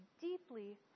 deeply